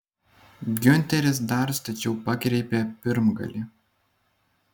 giunteris dar stačiau pakreipė pirmgalį